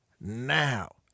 now